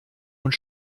und